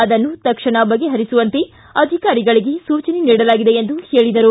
ಅದನ್ನು ತಕ್ಷಣ ಬಗೆಹರಿಸುವಂತೆ ಅಧಿಕಾರಿಗಳಿಗೆ ಸೂಚನೆ ನೀಡಲಾಗಿದೆ ಎಂದು ಹೇಳಿದರು